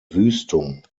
wüstung